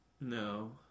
No